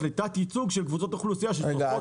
לתת ייצוג של אוכלוסיות שצורכות --- רגע,